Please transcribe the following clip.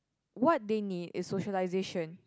what they need is socialisation